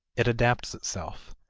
it adapts itself.